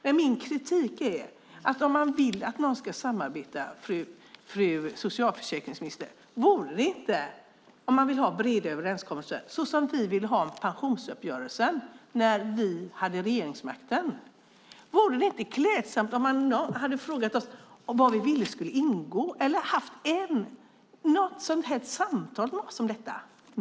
Men min kritik är att om man vill att någon ska samarbeta, fru socialförsäkringsminister, om man vill ha breda överenskommelser såsom vi ville ha om pensionsuppgörelsen när vi hade regeringsmakten, vore det klädsamt om man frågade oss vad vi vill ska ingå och samtalade med oss om detta.